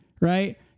right